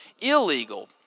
illegal